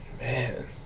man